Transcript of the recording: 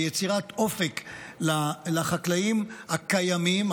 ביצירת אופק לחקלאים הקיימים,